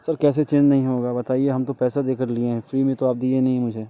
sir कैसे change नहीं होगा बताइए हम तो पैसा दे के लिये हैं फ्री में तो आप दिए नहीं है मुझे